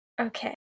Okay